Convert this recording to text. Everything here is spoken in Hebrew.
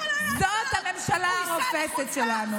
זאת הממשלה הרופסת שלנו.